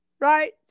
Right